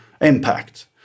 impact